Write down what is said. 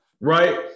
right